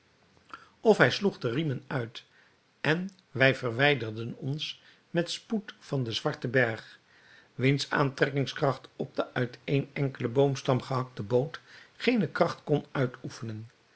of hij sloeg de riemen uit en wij verwijderden ons met spoed van den zwarten berg wiens aantrekkingskracht op de uit een enkelen boomstam gehakte boot geene kracht kon uitoefenen